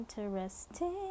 interesting